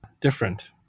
different